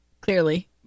Clearly